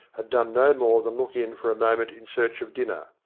had done no more than look in for a moment in search of dinner.